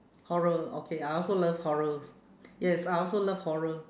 horror okay I also love horrors yes I also love horror